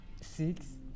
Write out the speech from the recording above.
six